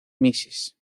mrs